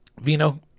Vino